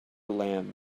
lamb